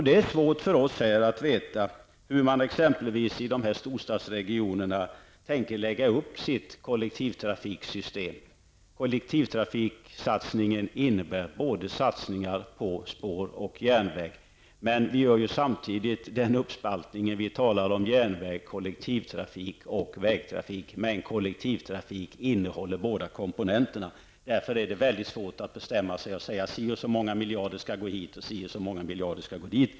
Det är svårt för oss här att veta hur man exempelvis i storstadsregionerna tänker lägga upp sitt kollektivtrafiksystem. Kollektivtrafiksatsningen innebär att man satsar på bl.a. spår och järnväg. Men vi gör ju samtidigt, när vi talar om kollektivtrafik, uppspaltningen i järnvägs och vägtrafik. Kollektivtrafik innehåller båda komponenterna. Därför är det mycket svårt att bestämma att så och så många miljarder skall gå hit och så och så många miljarder skall gå dit.